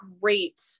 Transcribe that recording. great